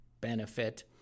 benefit